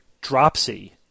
dropsy